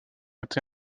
été